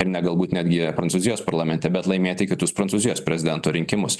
ir ne galbūt netgi prancūzijos parlamente bet laimėti kitus prancūzijos prezidento rinkimus